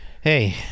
Hey